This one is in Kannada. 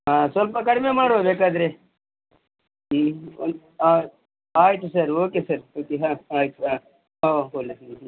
ಹಾಂ ಸ್ವಲ್ಪ ಕಡಿಮೆ ಮಾಡುವ ಬೇಕಾದರೆ ಹ್ಞೂ ಒನ್ ಆಯಿತು ಸರ್ ಓಕೆ ಸರ್ ಹಾಂ ಆಯಿತು ಹಾಂ ಹಾಂ ಒಳ್ಳೆದು